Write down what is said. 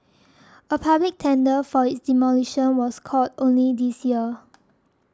a public tender for its demolition was called only this year